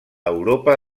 europa